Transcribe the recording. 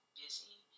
busy